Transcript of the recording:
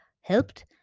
helped